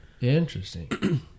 Interesting